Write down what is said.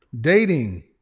Dating